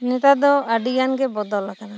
ᱱᱮᱛᱟᱨ ᱫᱚ ᱟᱹᱰᱤ ᱜᱟᱱ ᱜᱮ ᱵᱚᱫᱚᱞ ᱟᱠᱟᱱᱟ